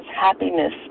happiness